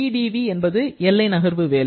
PdV என்பது எல்லை நகர்வு வேலை